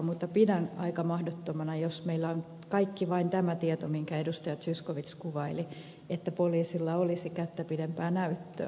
mutta pidän sitä aika mahdottomana jos meillä on vain tämä tieto minkä edustaja zyskowicz kuvaili eikä poliisilla olisi kättä pidempää näyttöä